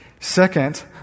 Second